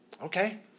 Okay